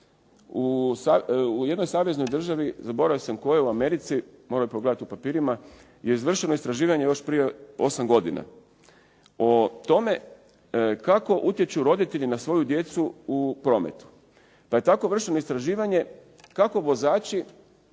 u jednoj saveznoj državi zaboravio sam u kojoj u Americi, morao bih pogledati u papirima je izvršeno istraživanje još prije osam godina o tome kako utječu roditelji na svoju djecu u prometu, pa je tako vršeno istraživanje kako vozači